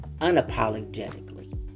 unapologetically